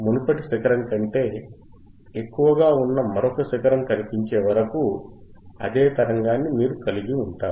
మునుపటి శిఖరం కంటే ఎక్కువగా ఉన్న మరొక శిఖరం కనిపించే వరకు అదే తరంగాన్ని మీరు కలిగి ఉంటారు